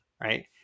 right